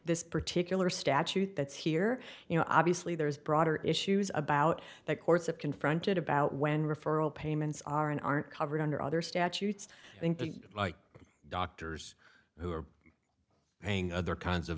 this particular statute that's here you know obviously there's broader issues about that courts have confronted about when referral payments are and aren't covered under other statutes and the doctors who are hang other kinds of